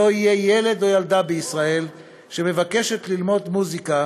שלא יהיו ילד או ילדה בישראל שמבקשים ללמוד מוזיקה